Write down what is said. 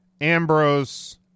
Ambrose